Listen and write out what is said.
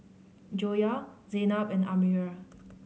Joyah Zaynab and Amirah